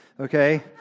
okay